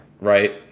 right